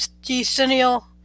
decennial